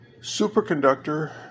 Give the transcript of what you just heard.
Superconductor